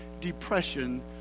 Depression